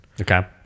Okay